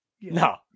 No